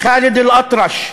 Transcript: ח'אלד אלאטרש,